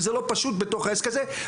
וזה לא פשוט בתוך העסק הזה.